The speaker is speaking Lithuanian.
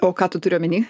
o ką tu turi omeny